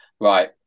Right